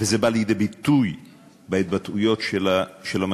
וזה בא לידי ביטוי בהתבטאויות של המנהיגים,